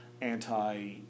anti-